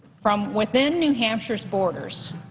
from within new hampshire's borders,